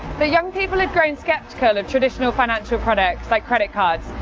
but young people are growing skeptical of traditional financial products, like credit cards,